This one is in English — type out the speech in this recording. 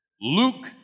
Luke